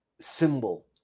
symbol